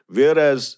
Whereas